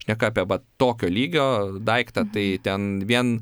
šneka apie vat tokio lygio daiktą tai ten vien